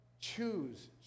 Choose